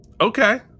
Okay